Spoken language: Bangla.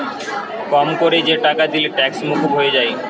কম কোরে যে টাকা দিলে ট্যাক্স মুকুব হয়ে যায়